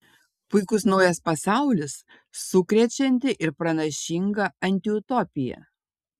puikus naujas pasaulis sukrečianti ir pranašinga antiutopija